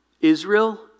Israel